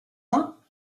one